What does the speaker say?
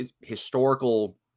historical